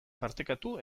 partekatu